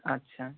আচ্ছা